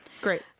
Great